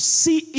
see